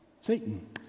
Satan